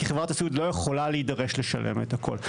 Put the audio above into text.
כי חברת הסיעוד לא יכולה להידרש לשלם את הכול.